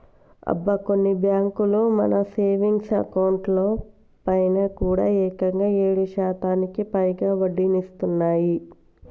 అబ్బా కొన్ని బ్యాంకులు మన సేవింగ్స్ అకౌంట్ లో పైన కూడా ఏకంగా ఏడు శాతానికి పైగా వడ్డీనిస్తున్నాయి